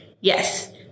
Yes